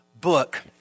book